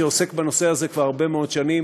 שעוסקת בנושא הזה כבר הרבה מאוד שנים,